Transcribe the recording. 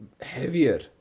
Heavier